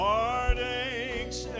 Heartaches